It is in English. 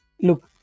Look